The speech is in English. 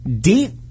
deep